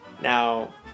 Now